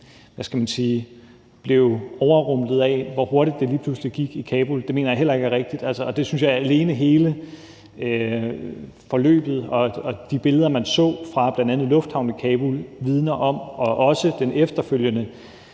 blev overrumplet af, hvor hurtigt det lige pludselig gik i Kabul, heller ikke rigtigt, mener jeg. Jeg synes, at alene hele forløbet og de billeder, man så fra bl.a. lufthavnen i Kabul, vidner om det, og også den efterfølgende